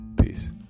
peace